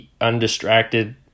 undistracted